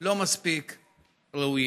לא מספיק ראויים.